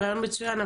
רעיון מצוין,